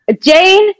Jane